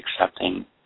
accepting